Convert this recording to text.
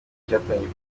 cyatangiye